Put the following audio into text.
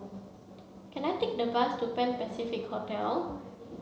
can I take a bus to Pan Pacific Orchard